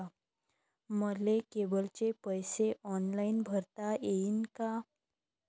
मले केबलचे पैसे ऑनलाईन भरता येईन का?